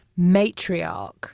matriarch